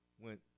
went